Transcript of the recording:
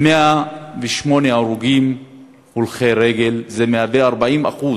108 הרוגים הולכי רגל, 40%